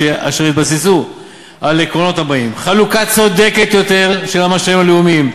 אשר התבססו על העקרונות הבאים: חלוקה צודקת יותר של המשאבים הלאומיים,